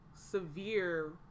severe